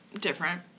Different